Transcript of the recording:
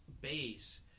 base